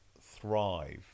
thrive